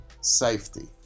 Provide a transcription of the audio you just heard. Safety